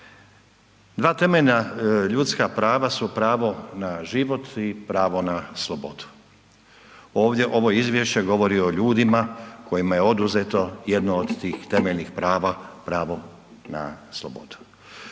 Dva temeljna ljudska prava su pravo na život i pravo na slobodu. Ovdje ovo izvješće govori o ljudima kojima je oduzeto jedno od tih temeljenih prava, pravo na slobodu.